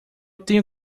tenho